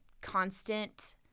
constant